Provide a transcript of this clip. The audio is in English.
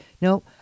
No